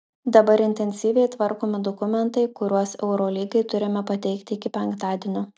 dabar intensyviai tvarkomi dokumentai kuriuos eurolygai turime pateikti iki penktadienio